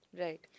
Right